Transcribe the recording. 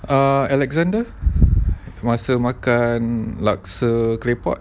err alexander masa makan laksa claypot